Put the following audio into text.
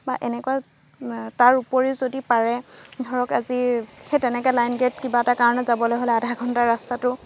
বা এনেকুৱা তাৰ উপৰিও যদি পাৰে ধৰক আজি সেই তেনেকৈ লাইনগে'ট কিবা এটা কাৰণে যাবলৈ হ'লে আধা ঘণ্টাৰ ৰাস্তাটো